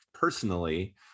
personally